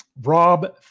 Rob